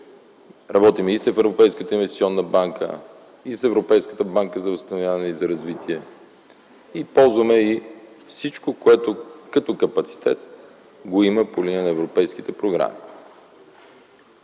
Работим и с Европейската инвестиционна банка, и с Европейската банка за възстановяване и развитие, използваме и всичко, което като капацитет го има по линия на европейските програми.